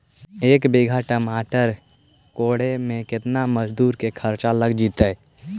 एक बिघा टमाटर कोड़े मे केतना मजुर के खर्चा लग जितै?